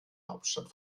hauptstadt